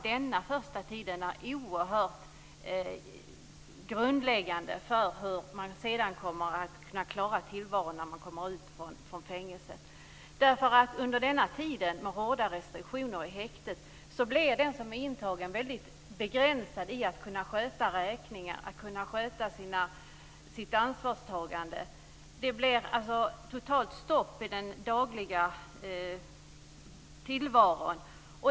Den första tiden är oerhört grundläggande för hur man ska klara tillvaron när man kommer ut från fängelset. Under tiden med hårda restriktioner i häktet är den intagne begränsad i att kunna sköta räkningar och andra ansvarsåtaganden. Det blir totalt stopp i den dagliga tillvaron.